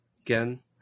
Again